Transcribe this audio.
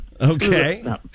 Okay